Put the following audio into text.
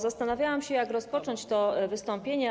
Zastanawiałam się, jak rozpocząć to wystąpienie.